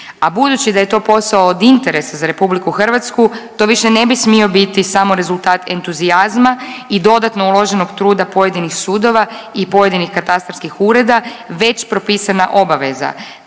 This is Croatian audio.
a budući da je to posao od interesa za RH to više ne bi smio biti samo rezultat entuzijazma i dodatno uloženog truda pojedinih sudova i pojedinih katastarskih ureda već propisana obveza,